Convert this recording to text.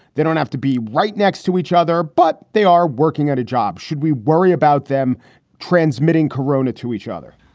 they don't have to be right next to each other, but they are working at a job. should we worry about them transmitting corona to each other?